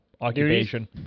occupation